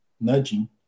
nudging